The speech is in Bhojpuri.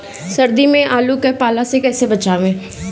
सर्दी में आलू के पाला से कैसे बचावें?